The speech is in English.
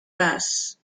cass